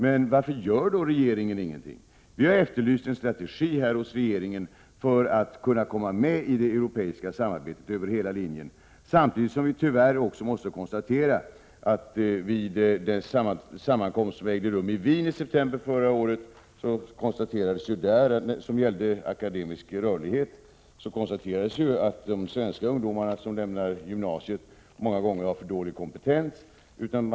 Men varför gör regeringen ingenting? Vi har efterlyst en strategi hos regeringen för att kunna komma med i det europeiska samarbetet över hela linjen, samtidigt som vi tyvärr måste konstatera att det vid den sammankomst som ägde rum i Wien i september förra året och som gällde akademisk rörlighet konstaterades att de svenska ungdomarna många gånger har för dålig kompetens när de lämnar gymnasiet.